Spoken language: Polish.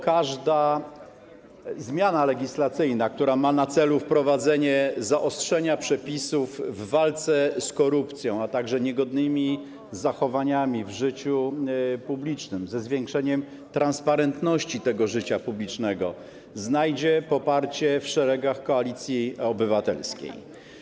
Każda zmiana legislacyjna, która ma na celu zaostrzenie przepisów w walce z korupcją, a także niegodnymi zachowaniami w życiu publicznym i zwiększenie transparentności tego życia publicznego, znajdzie poparcie w szeregach Koalicji Obywatelskiej.